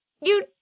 You